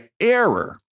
error